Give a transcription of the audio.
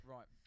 Right